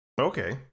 Okay